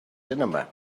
cinema